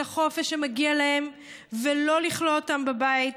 החופש שמגיע להם ולא לכלוא אותם בבית,